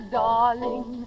darling